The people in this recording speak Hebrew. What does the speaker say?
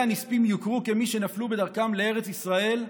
הנספים יוכרו כמי שנפלו בדרכם לארץ ישראל,